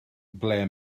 ble